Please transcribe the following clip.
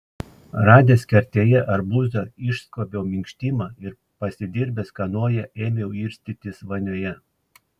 radęs kertėje arbūzą išskobiau minkštimą ir pasidirbęs kanoją ėmiau irstytis vonioje